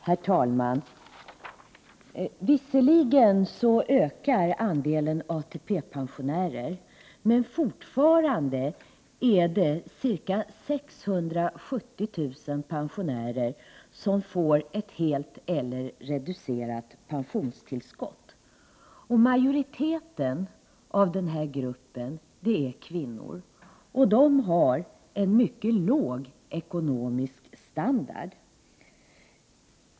Herr talman! Visserligen ökar andelen ATP-pensionärer, men fortfarande får ca 670 000 pensionärer ett helt eller reducerat pensionstillskott. Majoriteten av dessa är kvinnor. De har en mycket låg ekonomisk standard.